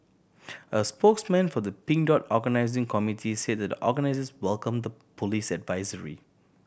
a spokesman for the Pink Dot organising committee said the organisers welcomed the police advisory